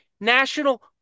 National